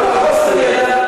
זה בסדר.